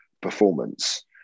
performance